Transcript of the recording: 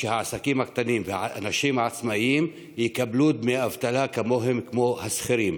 שהעסקים הקטנים והאנשים העצמאים יקבלו דמי אבטלה כמו השכירים.